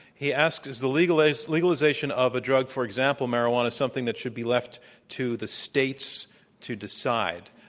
he asks, is the legalization legalization of a drug, for example, marijuana, something that should be left to the states to decide?